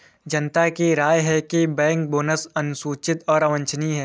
जनता की राय है कि बैंक बोनस अनुचित और अवांछनीय है